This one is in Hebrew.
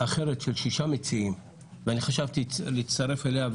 של שישה מציעים שחשבתי להצטרף אליה,